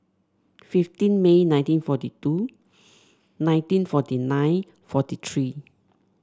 fifteen May nineteen forty two nineteen forty nine forty three